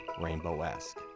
rainbow-esque